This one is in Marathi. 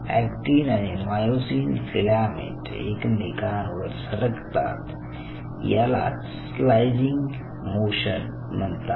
अॅक्टिन आणि मायोसिन फिलॅमेंट एकमेकांवर सरकतात यालाच स्लाइडिंग मोशन म्हणतात